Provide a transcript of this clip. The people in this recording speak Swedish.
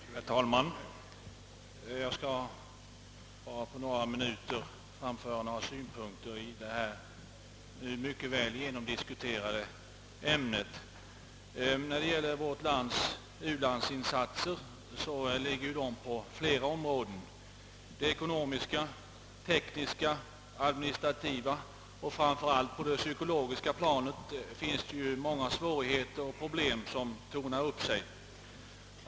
Herr talman! Jag skall bara på ett par minuter anföra några synpunkter i detta nu mycket väl genomdiskuterade ämne. Vårt lands u-landsinsatser ligger inom flera områden. På det ekonomiska, det tekniska, det administrativa och framför allt det psykologiska planet tornar många svårigheter upp sig.